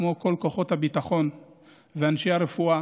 כמו כל כוחות הביטחון ואנשי הרפואה